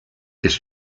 ist